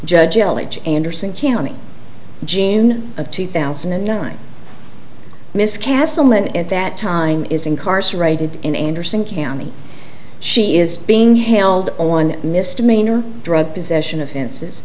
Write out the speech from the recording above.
elegy anderson county june of two thousand and nine miss castlemaine at that time is incarcerated in anderson county she is being held on misdemeanor drug possession offenses